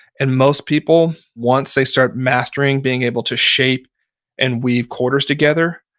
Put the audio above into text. and most people, once they start mastering being able to shape and weave quarters together,